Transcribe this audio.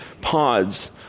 pods